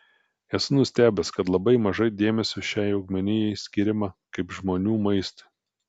esu nustebęs kad labai mažai dėmesio šiai augmenijai skiriama kaip žmonių maistui